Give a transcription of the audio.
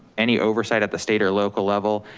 any oversight at the state or local level,